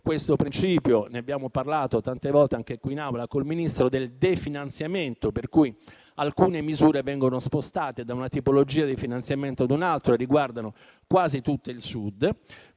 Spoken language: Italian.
il principio, di cui abbiamo parlato tante volte anche qui in Aula col Ministro, del definanziamento, per cui alcune misure vengono spostate da una tipologia di finanziamento ad un'altra e riguardano quasi tutte il Sud.